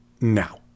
Now